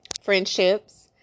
friendships